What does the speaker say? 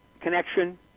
connection